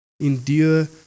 endure